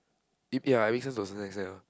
it ya it makes sense to a certain extent ah